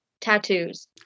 tattoos